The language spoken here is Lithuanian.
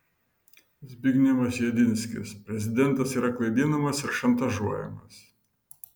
zbignevas jedinskis prezidentas yra klaidinamas ir šantažuojamas